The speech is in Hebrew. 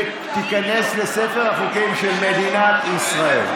ותיכנס לספר החוקים של מדינת ישראל.